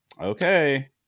okay